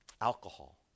alcohol